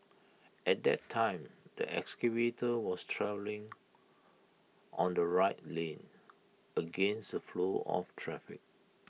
at that time the excavator was travelling on the right lane against flow of traffic